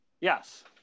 Yes